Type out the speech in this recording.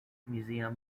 museum